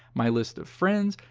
my list of friends,